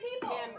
people